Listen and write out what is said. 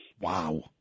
Wow